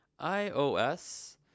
iOS